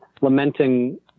lamenting